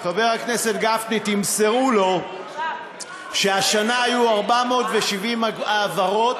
חבר הכנסת גפני, תמסרו לו שהשנה היו 470 העברות,